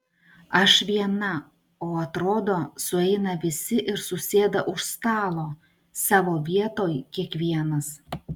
aš viena o atrodo sueina visi ir susėda už stalo savo vietoj kiekvienas